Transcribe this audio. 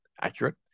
accurate